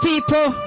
people